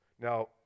Now